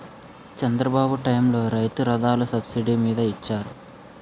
చంద్రబాబు టైములో రైతు రథాలు సబ్సిడీ మీద ఇచ్చారు